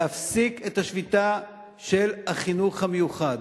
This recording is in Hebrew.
להפסיק את השביתה של החינוך המיוחד.